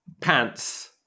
pants